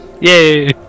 Yay